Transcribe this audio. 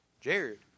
jared